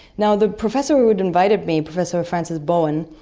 now the professor who had invited me, professor frances bowen,